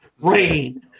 rain